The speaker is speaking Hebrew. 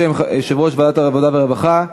בשם יושב-ראש ועדת העבודה והרווחה,